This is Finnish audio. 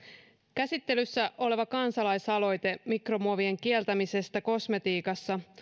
käsittelyssä oleva kansalaisaloite mikromuovien kieltämisestä kosmetiikassa